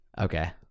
Okay